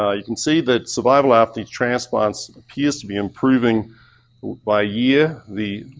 ah you can see that survival after the transplants appears to be improving by year. the,